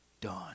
done